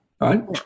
right